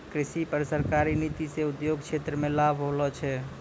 कृषि पर सरकारी नीति से उद्योग क्षेत्र मे लाभ होलो छै